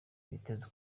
biteze